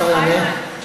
השר יענה.